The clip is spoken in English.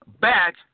back